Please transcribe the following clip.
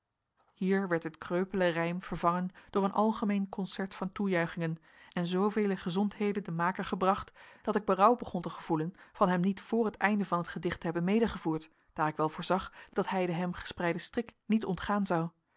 hier werd dit kreupele rijm vervangen door een algemeen concert van toejuichingen en zoovele gezondheden den maker gebracht dat ik berouw begon te gevoelen van hem niet vr het einde van het gedicht te hebben medegevoerd daar ik wel voorzag dat hij den hem gespreiden strik niet ontgaan zou